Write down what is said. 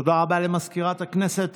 תודה רבה למזכירת הכנסת.